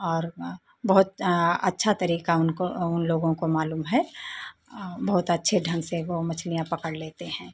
और बहुत अच्छा तरीका उनको उन लोगों को मालूम है बहुत अच्छे ढंग से वो मछलियां पकड़ लेते हैं